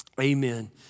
amen